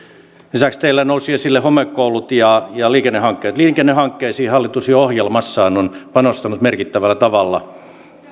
lisäksi teillä nousivat esille homekoulut ja ja liikennehankkeet liikennehankkeisiin hallitus jo ohjelmassaan on panostanut merkittävällä tavalla